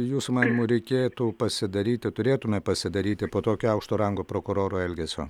jūsų manymu reikėtų pasidaryti turėtume pasidaryti po tokio aukšto rango prokuroro elgesio